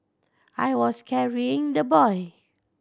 I was carrying the boy